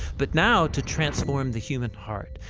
but now, to transform the human heart,